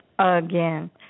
Again